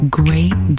great